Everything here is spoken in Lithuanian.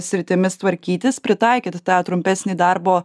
sritimis tvarkytis pritaikyti tą trumpesnį darbo